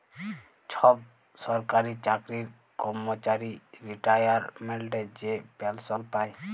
ছব সরকারি চাকরির কম্মচারি রিটায়ারমেল্টে যে পেলসল পায়